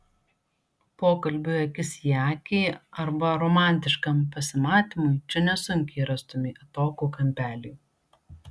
pokalbiui akis į akį arba romantiškam pasimatymui čia nesunkiai rastumei atokų kampelį